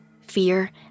fear